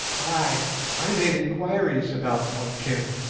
i i made enquiries about tonquin.